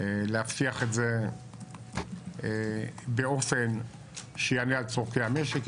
להבטיח את זה באופן שיענה על צרכי המשק,